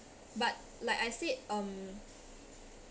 but like I said um